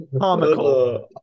Comical